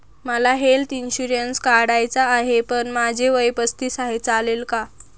मला health insurance काढायचा आहे पण माझे वय पस्तीस आहे, चालेल का?